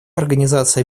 организация